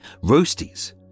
roasties